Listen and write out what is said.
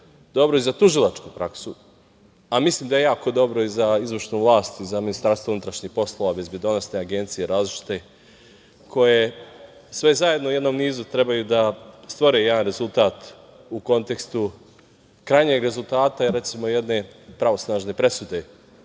dobro i za tužilačku praksu, a mislim da je jako dobro i za izvršnu vlast, za Ministarstvo unutrašnjih poslova, različite bezbedonosne agencije, koje sve zajedno u jednom nizu trebaju da stvore jedan rezultat u kontekstu krajnjeg rezultata, recimo, jedne pravosnažne presude. Uzeću